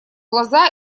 глаза